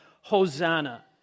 Hosanna